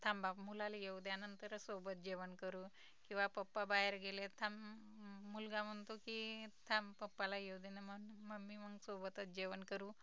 थांबा मुलाला येऊ द्यानंतर सोबत जेवण करू किंवा पप्पा बाहेर गेले थांब मुलगा म्हणतो की थांब पप्पाला येऊ देन म मम्मी मग सोबतच जेवण करू